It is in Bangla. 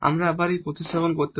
আমরা আবার এই প্রতিস্থাপন করতে পারি